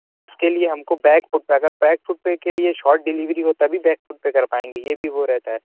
اس کے لیے ہم کو بیک فوڈ پہ اگر بیک فوڈ پیر کے لیے شارٹ ڈلیوری ہو تبھی بیک فوڈ پہ کر پائیں گے یہ بھی وہ ہو رہتا ہے